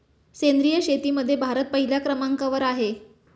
सेंद्रिय शेतीमध्ये भारत पहिल्या क्रमांकावर आहे